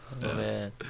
man